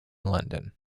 london